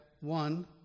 one